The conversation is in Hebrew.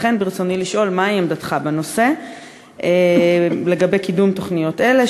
לכן ברצוני לשאול: מה עמדתך לגבי קידום תוכניות אלו,